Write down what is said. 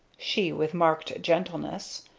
she with marked gentleness.